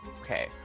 Okay